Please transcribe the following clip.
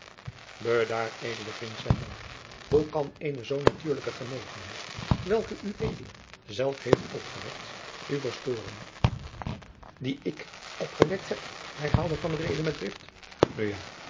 bedaar edele vriend zeide mom hoe kan eene zoo natuurlijke genegenheid welke ued zelf heeft opgewekt u verstoren die ik opgewekt heb herhaalde van reede met drift nu ja